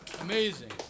amazing